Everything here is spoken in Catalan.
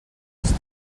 als